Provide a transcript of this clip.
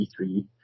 E3